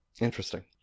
Interesting